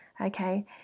okay